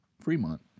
Fremont